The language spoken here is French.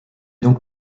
donc